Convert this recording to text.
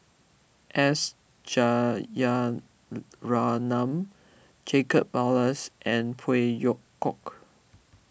S Rajaratnam Jacob Ballas and Phey Yew Kok